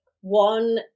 One